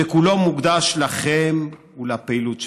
שכולו מוקדש לכם ולפעילות שלכם.